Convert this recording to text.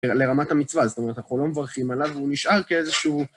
לרמת המצווה, זאת אומרת, אנחנו לא מברכים עליו, והוא נשאר כאיזשהו...